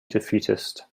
defeatist